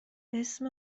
اسم